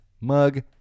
mug